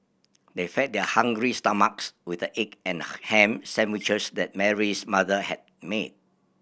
they fed their hungry stomachs with the egg and ham sandwiches that Mary's mother had made